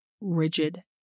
rigid